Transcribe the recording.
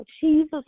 Jesus